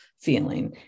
feeling